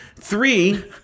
Three